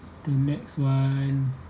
the next one